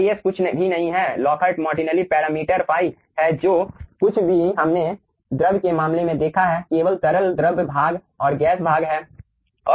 ϕs कुछ भी नहीं है लॉकहार्ट मार्टिनेली पैरामीटर ϕ हैं जो कुछ भी हमने द्रव के मामले में देखा है केवल तरल द्रव भाग और गैस भाग है